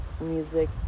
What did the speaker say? music